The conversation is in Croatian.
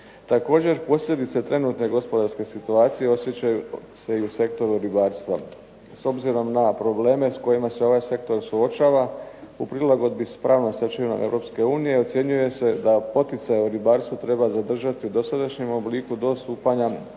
Također, posljedice trenutne gospodarske situacije osjećaju se i u sektoru ribarstva. S obzirom na probleme s kojima se ovaj sektor suočava u prilagodbi sa pravnom stečevinom Europske unije ocjenjuje se da poticaje u ribarstvu treba zadržati u dosadašnjem obliku do stupanja